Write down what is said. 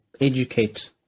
educate